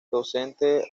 docente